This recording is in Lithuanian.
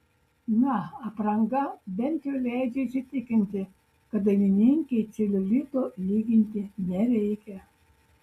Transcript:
na apranga bent jau leidžia įsitikinti kad dainininkei celiulito lyginti nereikia